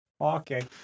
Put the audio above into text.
Okay